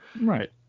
Right